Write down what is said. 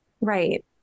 Right